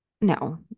No